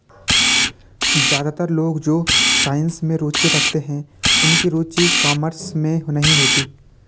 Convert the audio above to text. ज्यादातर लोग जो साइंस में रुचि रखते हैं उनकी रुचि कॉमर्स में नहीं होती